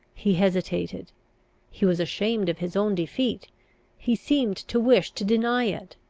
he hesitated he was ashamed of his own defeat he seemed to wish to deny it.